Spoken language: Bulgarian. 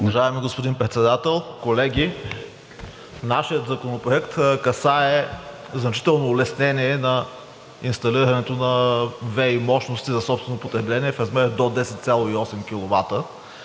Уважаеми господин Председател, колеги! Нашият законопроект касае значително улеснение на инсталирането на ВEИ мощности за собствено потребление в размер до 10,8 kW,